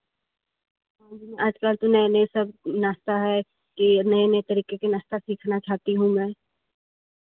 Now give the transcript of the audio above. हाँ जी आजकल तो नए नए सब नाश्ता है कि नए नए तरीके के नाश्ता सीखना चाहती हूँ मैं